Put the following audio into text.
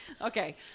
Okay